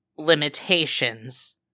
Limitations